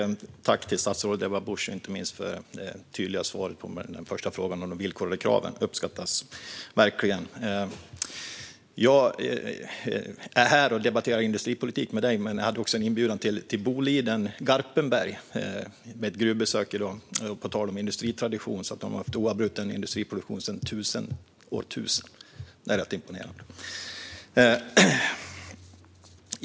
Herr ålderspresident! Tack, statsrådet Ebba Busch, inte minst för det tydliga svaret på min första fråga om de villkorade kraven - det uppskattas verkligen! Jag är här och debatterar industripolitik med dig, men jag hade också en inbjudan till Boliden och Garpenberg för ett gruvbesök i dag. På tal om industritradition har de haft oavbruten industriproduktion sedan år 1000 - det är rätt imponerande.